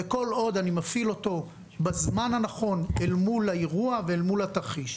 וכל עוד אני מפעיל אותו בזמן הנכון מול האירוע ומול התרחיש.